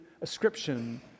ascription